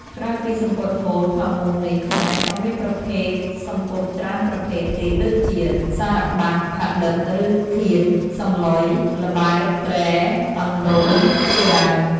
ក្រៅពីសំពត់ហូល ផាមួងនេះ ខ្មែរក៏មានប្រភេទសំពត់ច្រើនប្រភេទទៀតដូចជា, សារបាប់, ផាឌិប ឬខៀន, សម្លុយ, ល្បើក, ព្រែ, អន្លូញ ជាដើម។